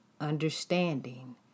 understanding